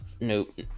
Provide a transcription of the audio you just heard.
nope